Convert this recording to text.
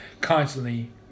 constantly